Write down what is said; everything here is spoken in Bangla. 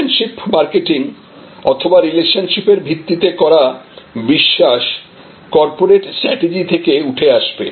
রিলেশনশিপ মার্কেটিং অথবা রিলেশনশিপ এর ভিত্তিতে করা বিশ্বাস কর্পোরেট স্ট্র্যাটেজি থেকে উঠে আসবে